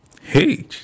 hey